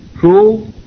true